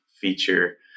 feature